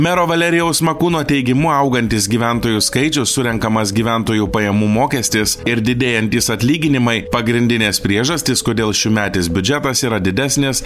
mero valerijaus makūno teigimu augantis gyventojų skaičius surenkamas gyventojų pajamų mokestis ir didėjantys atlyginimai pagrindinės priežastys kodėl šiųmetis biudžetas yra didesnis